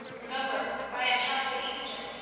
remember, i am half an eastern,